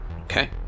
okay